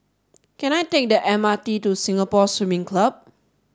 can I take the M R T to Singapore Swimming Club